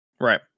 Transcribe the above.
right